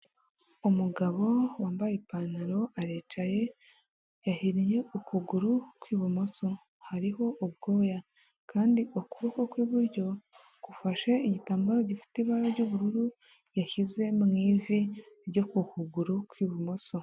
Umugabo wambaye ipantaro aricaye, yahinnye ukuguru kw'ibumoso hariho ubwoya kandi ukuboko kw'iburyo gufashe igitambaro gifite ibara ry'ubururu yashyize mu ivi ryo ku kuguru kw'ibumoso.